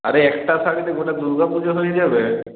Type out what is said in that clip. আরে একটা শাড়িতে গোটা দুর্গাপুজো হয়ে যাবে